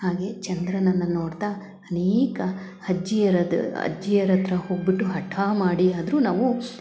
ಹಾಗೆ ಚಂದ್ರನನ್ನು ನೋಡ್ತ ಅನೇಕ ಅಜ್ಜಿಯರದ್ ಅಜ್ಜಿಯರತ್ತಿರ ಹೋಗಿಬಿಟ್ಟು ಹಠ ಮಾಡಿಯಾದರು ನಾವು